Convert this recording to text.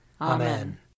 Amen